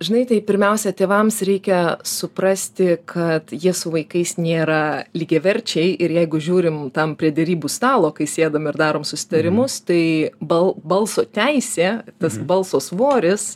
žinai tai pirmiausia tėvams reikia suprasti kad jie su vaikais nėra lygiaverčiai ir jeigu žiūrim tam prie derybų stalo kai sėdam ir darom susitarimus tai bal balso teisė tas balso svoris